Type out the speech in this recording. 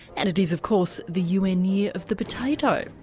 and it is of course the un year of the potato.